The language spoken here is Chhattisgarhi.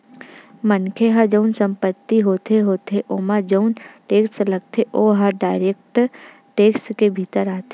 मनखे के जउन संपत्ति होथे होथे ओमा जउन टेक्स लगथे ओहा डायरेक्ट टेक्स के भीतर आथे